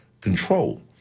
control